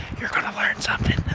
you're gonna learn something.